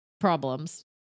problems